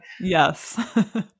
Yes